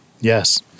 Yes